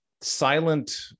silent